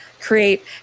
Create